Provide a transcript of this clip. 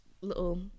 little